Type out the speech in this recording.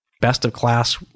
best-of-class